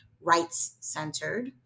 rights-centered